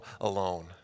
alone